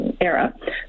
Era